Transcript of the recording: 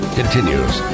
continues